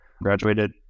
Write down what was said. Graduated